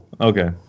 Okay